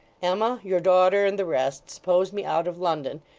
emma, your daughter, and the rest, suppose me out of london,